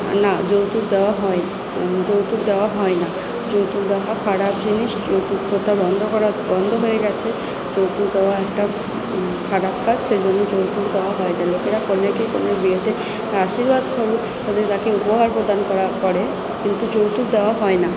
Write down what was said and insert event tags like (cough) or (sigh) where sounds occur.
না যৌতুক দেওয়া হয় যৌতুক দেওয়া হয় না যৌতুক দেওয়া খারাপ জিনিস যৌতুক প্রথা বন্ধ করা বন্ধ হয়ে গেছে যৌতুক দেওয়া একটা খারাপ কাজ সেই জন্য যৌতুক দেওয়া হয় না লোকেরা কনেকে কনের বিয়েতে আশীর্বাদ সহ (unintelligible) তাকে উপহার প্রদান করা করে কিন্তু যৌতুক দেওয়া হয় না